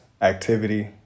activity